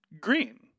green